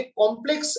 complex